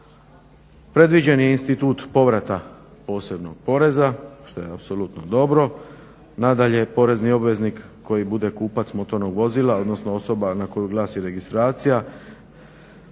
Predviđeni je institut povrata posebnog poreza što je apsolutno dobro, nadalje porezni obveznik koji bude kupac motornog vozila, odnosno osoba na koju glasi registracija